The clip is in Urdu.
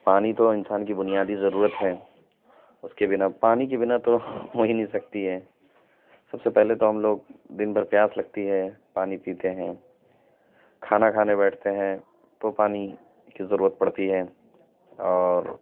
پانی تو انسان کی بنیادی ضرورت ہے اس کے بنا پانی کے بنا ہو ہی نہیں سکتی ہے سب سے پہلے تو ہم لوگ دن بھر پیاس لگتی ہے پانی پیتے ہیں کھانا کھانے بیٹھتے ہیں تو پانی کی ضرورت پڑتی ہے اور